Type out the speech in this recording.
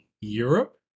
Europe